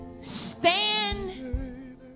Stand